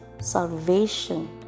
salvation